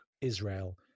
Israel